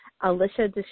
Alicia